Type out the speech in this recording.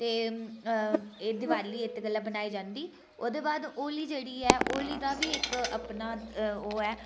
ते एह् दिवाली इत्त गल्ला मनाई जन्दी ते ओह्दे बाद होली जेह्ड़ी ऐ होली दा बी इक अपना ओह् ऐ